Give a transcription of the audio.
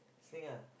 this thing ah